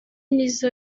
nizzo